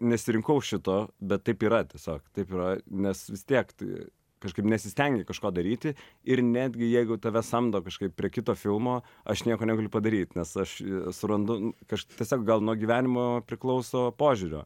nesirinkau šito bet taip yra tiesiog taip yra nes vis tiek tai kažkaip nesistengi kažko daryti ir netgi jeigu tave samdo kažkaip prie kito filmo aš nieko negaliu padaryt nes aš surandu nu kažk tiesiog gal nuo gyvenimo priklauso požiūrio